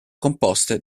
composte